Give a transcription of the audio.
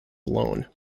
alone